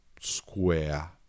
square